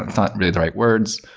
it's not really the right words.